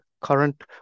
current